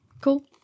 Cool